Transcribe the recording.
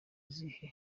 izihe